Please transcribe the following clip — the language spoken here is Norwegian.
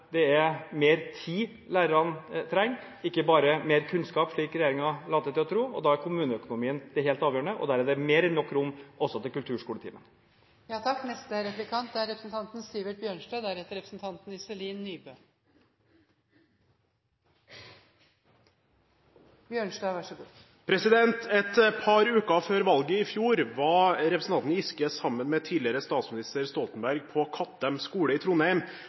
det er mer tid lærerne trenger, ikke bare mer kunnskap, slik regjeringen later til å tro. Da er kommuneøkonomien det helt avgjørende, og der er det mer enn nok rom, også til kulturskoletimen. Et par uker før valget i fjor var representanten Giske sammen med tidligere statsminister Stoltenberg på Kattem skole i Trondheim for endelig å lansere Arbeiderpartiets skolepolitikk. Der lovet de bl.a. at de i